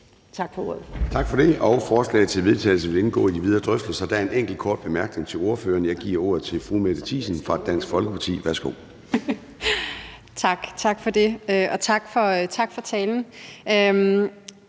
Tak for det.